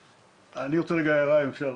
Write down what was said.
אני רוצה הערה, אם אפשר.